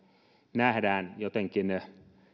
nähdään jotenkin